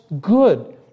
good